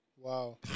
Wow